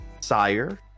Sire